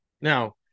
Now